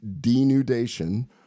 denudation